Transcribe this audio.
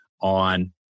on